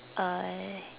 uh